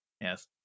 Yes